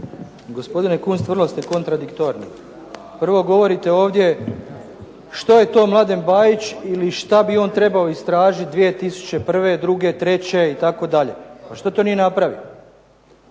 Gospodine Kunst, vrlo ste kontradiktorni. Prvo govorite ovdje što je to Mladen Bajić ili šta bi on trebao istražiti 2001., '02., '03. itd. Pa što to nije napravio?